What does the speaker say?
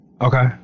Okay